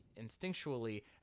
instinctually